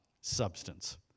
substance